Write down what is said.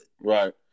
right